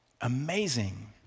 amazing